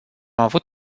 avut